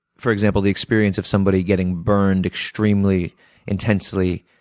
for example, the experience of somebody getting burned extremely intensely,